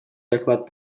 доклад